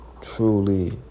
truly